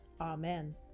Amen